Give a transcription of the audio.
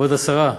כבוד השרה: